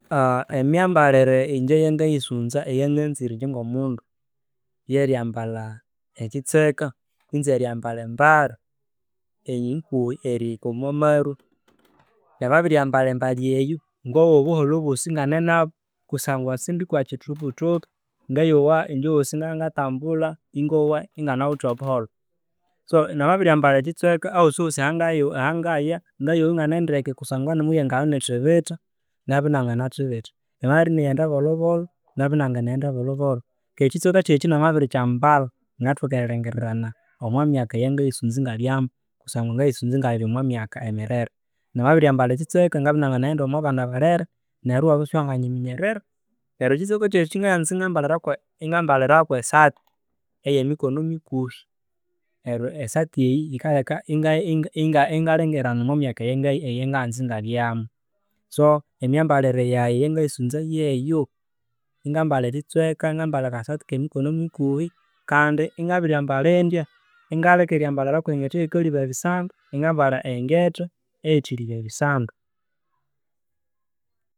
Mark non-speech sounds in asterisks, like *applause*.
*hesitation* Emyambalire eyengayisunza eyanganzire ingye ngo mundu, ryeryambalha ekyitsweka kwisi eryambalha embali enyikuhi erihika omwamarwe. Namabiryambalha embali eyi ngayowa obubuholho bosi ingane nabo kusngwa sindikwa kithuthuthuthtu. Ngayowa ingye wosi ngabya nga thambulha inganawithe obuholho so namabiryambalha ekitsweka ahosihosi ahingaya, ngayowa ingane ndeke kusangwa namuryngabya ini thibitha, ngabya inanginathibitha. Ryamabya inighenda bolhobolho, ngabya ina nginaghenda bolhobolh. Kandi ekitsweka kyayi ekyi namabirya kyambalha, ngathoka eriringirirana omwa myaka yai eyangayisunza ingabyamo kusangwga ngayisunza ingabya omwa myaka mirere. Namabiryambalha eiktsweka ngabya inianga naghenda omwa myaka mirere neryo iwabya isiwangathoka erinyminyerera. Neryo ekitsweka kyayi ekyi nganza ingambalira kwe sati eye mikono mikuhi neryo esati eyi yikaleka ingalingirirana omwa myaka eyanganza ingabyamo. So emyambalire yayi eyangayisunza yeyo, ingambalha ekitsweka, ingambalha akasti ake mikono mikuhi kandi ingabiryambalha indya ingaleka iryambalira kwe ngetha eyikaliba ebisandu, inga mbalha engatha eyithaliba ebisandu.